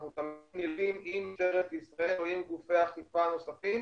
אנחנו תמיד נלווים עם משטרת ישראל או עם גופי אכיפה נוספים